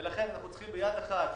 לכן אנחנו צריכים ביד אחת,